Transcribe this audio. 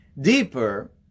Deeper